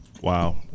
wow